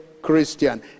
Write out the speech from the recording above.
christian